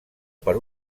per